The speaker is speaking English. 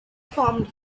formed